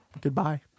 Goodbye